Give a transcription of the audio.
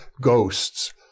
Ghosts